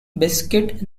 biscuit